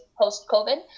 post-COVID